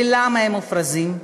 ולמה הם מופרזים?